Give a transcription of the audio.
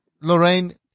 Lorraine